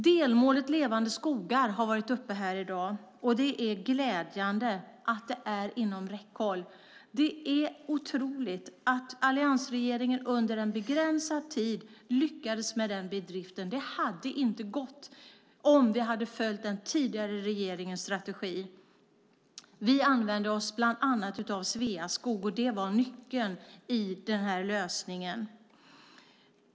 Delmålet Levande skogar har tagits upp här i dag, och det är glädjande att det är inom räckhåll. Det är otroligt att Alliansregeringen under en begränsad tid lyckades med den bedriften. Det hade inte gått om vi hade följt den tidigare regeringens strategi. Vi använde oss bland annat av Sveaskog, och det var nyckeln till lösningen.